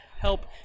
Help